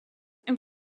and